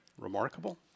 Remarkable